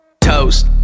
Toast